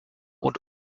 und